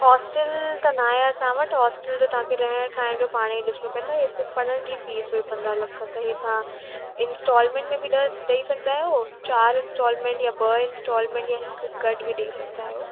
hostel त नाहे असां वटि होसटिल त तव्हांखे रहणु खाइण जो पाण ई ॾिसिणो पवंदो हे पढ़ण जी फ़ीस हुई पंदरहां लख हे तव्हां इंस्टॉलमेंट में बि ॾह ॾेई सघंदा आहियो चार इंस्टॉलमेंट या ब इंश्टॉलमेंट या हिकु गॾु बि ॾेई सघंदा आहियो